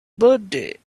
birthday